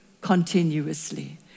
continuously